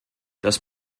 das